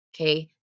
okay